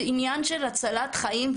זה עניין של הצלת חיים,